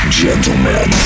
gentlemen